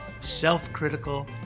self-critical